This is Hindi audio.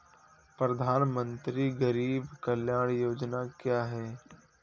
प्रधानमंत्री गरीब कल्याण योजना क्या है?